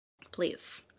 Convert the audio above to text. Please